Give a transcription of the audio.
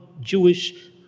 Jewish